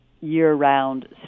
year-round